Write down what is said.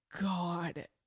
God